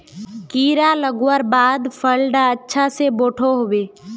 कीड़ा लगवार बाद फल डा अच्छा से बोठो होबे?